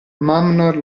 mamnor